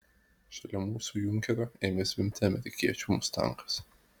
šalia mūsų junkerio ėmė zvimbti amerikiečių mustangas